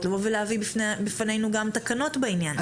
לבוא ולהביא בפנינו גם תקנות בעניין הזה.